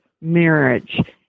marriage